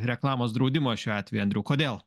reklamos draudimo šiuo atveju andriau kodėl